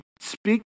speak